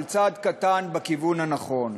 אבל צעד קטן בכיוון הנכון.